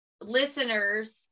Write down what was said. listeners